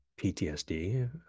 PTSD